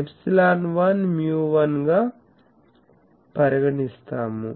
ε1 μ1 గా పరిగణిస్తాము